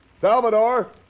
Salvador